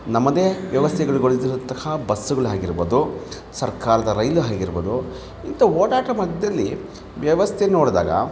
ನಮ್ಮದೇ ವ್ಯವಸ್ಥೆಗಳಿ ಗೊಳಿಸಿರುತಕ್ಕ ಬಸ್ಸುಗಳಾಗಿರ್ಬೌದು ಸರ್ಕಾರದ ರೈಲು ಆಗಿರ್ಬೌದು ಇಂಥ ಓಡಾಟ ಮಧ್ಯಲ್ಲಿ ವ್ಯವಸ್ಥೆ ನೋಡಿದಾಗ